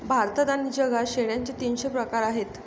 भारतात आणि जगात शेळ्यांचे तीनशे प्रकार आहेत